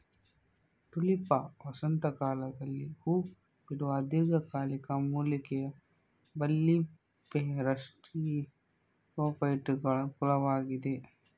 Tulipa ವಸಂತ ಕಾಲದಲ್ಲಿ ಹೂ ಬಿಡುವ ದೀರ್ಘಕಾಲಿಕ ಮೂಲಿಕೆಯ ಬಲ್ಬಿಫೆರಸ್ಜಿಯೋಫೈಟುಗಳ ಕುಲವಾಗಿದೆ